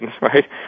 right